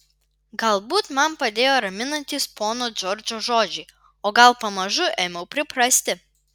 galbūt man padėjo raminantys pono džordžo žodžiai o gal pamažu ėmiau priprasti